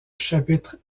chapitres